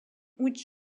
which